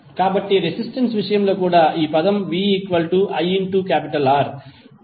కాబట్టి రెసిస్టెన్స్ విషయంలో కూడా ఈ పదం viR